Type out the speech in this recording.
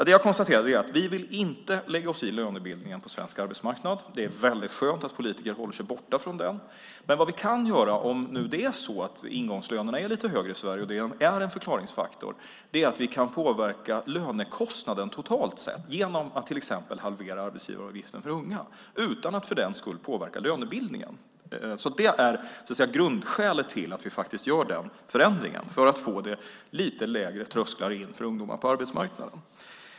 Det jag konstaterar är att vi inte vill lägga oss i lönebildningen på svensk arbetsmarknad. Det är väldigt skönt att politiker håller sig borta från den. Men vad vi kan göra om det nu är så att ingångslönerna är lite högre i Sverige och det är en förklaringsfaktor är att vi kan påverka lönekostnaden totalt sett genom att till exempel halvera arbetsgivaravgiften för unga, utan att för den skull påverka lönebildningen. Det är grundskälet till att vi gör den förändringen för att få lite lägre trösklar in på arbetsmarknaden för ungdomar.